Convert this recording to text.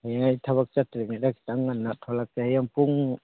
ꯍꯌꯦꯡ ꯑꯩ ꯊꯕꯛ ꯆꯠꯇ꯭ꯔꯤꯉꯩꯗ ꯈꯤꯇꯪ ꯉꯟꯅ ꯊꯣꯛꯂꯛꯀꯦ ꯍꯌꯦꯡ ꯄꯨꯡ